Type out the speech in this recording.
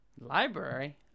library